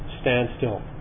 standstill